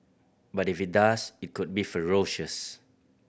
but if it does it could be ferocious